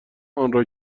آنرا